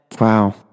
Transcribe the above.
Wow